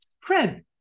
Fred